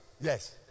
Yes